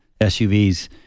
SUVs